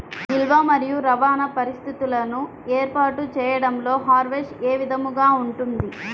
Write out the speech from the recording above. నిల్వ మరియు రవాణా పరిస్థితులను ఏర్పాటు చేయడంలో హార్వెస్ట్ ఏ విధముగా ఉంటుంది?